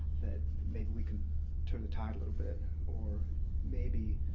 that maybe we can turn the tide a little bit or maybe